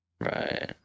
Right